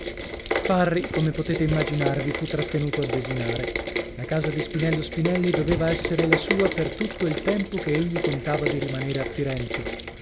parri come potete immaginarvi fu trattenuto a desinare la casa di spinello spinelli doveva essere la sua per tutto il tempo che egli contava di rimanere a firenze